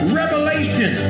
revelation